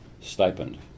stipend